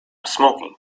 smoking